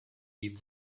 wie